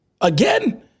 Again